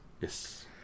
Yes